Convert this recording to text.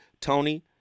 Tony